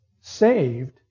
saved